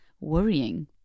worrying